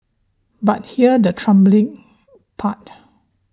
but here's the troubling part